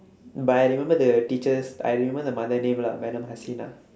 but I remember the teacher's I remember the mother name lah madam hasina